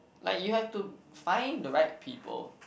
like you have to find the right people